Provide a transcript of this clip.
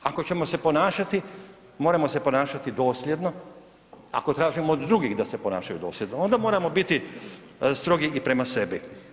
Ako ćemo se ponašati moramo se ponašati dosljedno, ako tražimo od drugih da se ponašaju dosljedno onda moramo biti strogi i prema sebi.